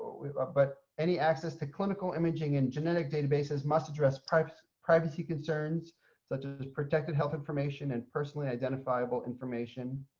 ah but any access to clinical imaging and genetic databases must address private privacy concerns such as protected health information and personally identifiable information.